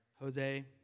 Jose